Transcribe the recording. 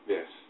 Yes